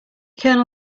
colonel